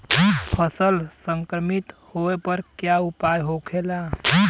फसल संक्रमित होने पर क्या उपाय होखेला?